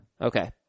Okay